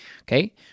Okay